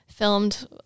filmed